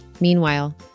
Meanwhile